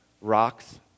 rocks